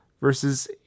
versus